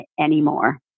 anymore